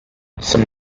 some